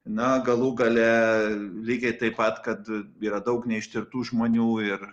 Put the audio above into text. na galų gale lygiai taip pat kad yra daug neištirtų žmonių ir